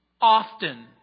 often